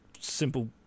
simple